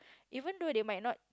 even though they might not